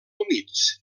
humits